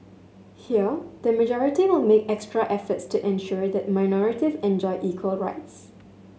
here the majority will make extra efforts to ensure that minorities enjoy equal rights